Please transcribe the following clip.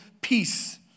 peace